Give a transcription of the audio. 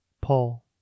Paul